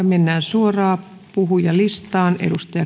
mennään suoraan puhujalistaan